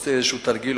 עושה איזשהו תרגיל.